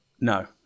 no